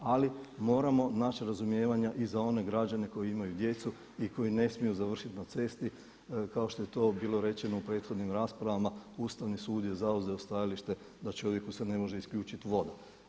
Ali moramo naći razumijevanja i za one građane koji imaju djecu i koji ne smiju završiti na cesti kao što je to bilo rečeno u prethodnim raspravama Ustavni sud je zauzeo stajalište da se čovjeku ne može isključiti voda.